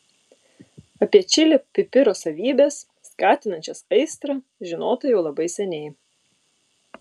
apie čili pipiro savybes skatinančias aistrą žinota jau labai seniai